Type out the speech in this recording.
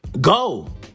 go